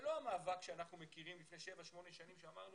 זה לא המאבק שאנחנו מכירים מלפני שבע-שמונה שנים שאמרנו,